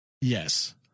Yes